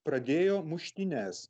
pradėjo muštynes